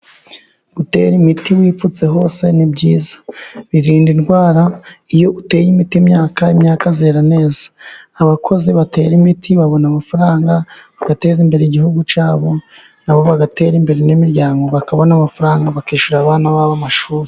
Gutera imiti wipfutse hose ni byiza, birinda indwara. Iyo uteye imiti imyaka imyaka yera neza. Abakozi batera imiti babona amafaranga, bagateza imbere igihugu cyabo, nabo bagatera imbere n'imiryango, bakaba amafaranga bakishyurira abana babo amashuri.